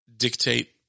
dictate